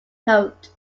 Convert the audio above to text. hoped